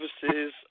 services